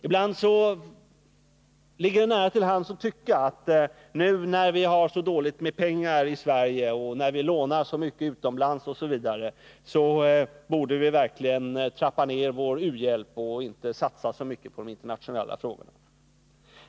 Ibland ligger det nära till hands att tycka att nu när vi har så dåligt med pengar i Sverige och när vi lånar så mycket utomlands osv., så borde vi verkligen trappa ned vår u-hjälp och inte satsa så mycket på de internatio nella frågorna.